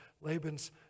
Laban's